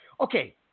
Okay